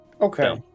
Okay